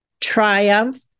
triumph